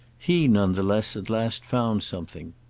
he none the less at last found something.